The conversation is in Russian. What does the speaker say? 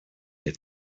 лет